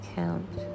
count